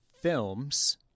films